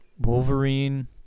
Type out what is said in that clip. wolverine